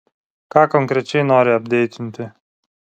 ką konkrečiai nori apdeitinti